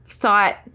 Thought